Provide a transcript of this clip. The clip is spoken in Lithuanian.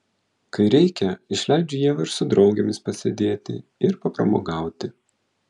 kai reikia išleidžiu ievą ir su draugėmis pasėdėti ir papramogauti